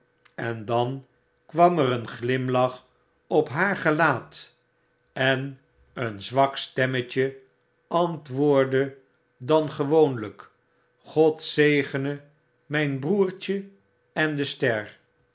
en dan kwam er een glimlach op haar gelaat en een zwak stemmetje antwoordde dan gewoonlyk t god zegene myn broertje en de ster